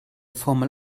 formel